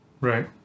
right